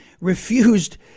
refused